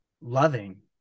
loving